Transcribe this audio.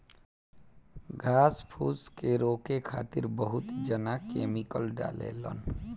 घास फूस के रोके खातिर बहुत जना केमिकल डालें लन